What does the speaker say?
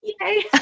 Yay